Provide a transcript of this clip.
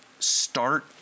start